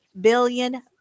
billion